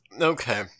Okay